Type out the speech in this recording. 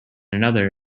another